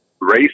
Race